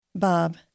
Bob